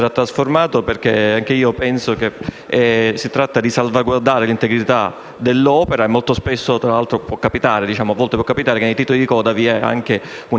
Grazie,